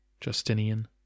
Justinian